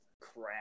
crap